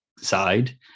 side